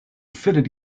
fitted